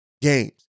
games